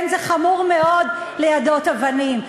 כן, זה חמור מאוד ליידות אבנים.